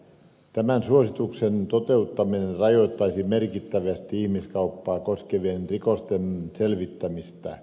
tämän suosituksen toteuttaminen rajoittaisi merkittävästi ihmiskauppaa koskevien rikosten selvittämistä